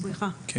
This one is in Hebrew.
כן.